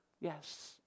Yes